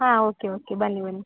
ಹಾಂ okay okay ಬನ್ನಿ ಬನ್ನಿ